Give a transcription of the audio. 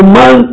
man